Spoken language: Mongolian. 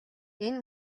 энэ